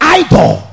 idol